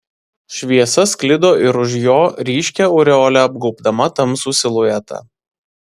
šviesa sklido ir už jo ryškia aureole apgaubdama tamsų siluetą